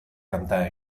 kanta